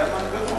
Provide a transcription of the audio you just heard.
זה המנגנון